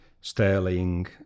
Sterling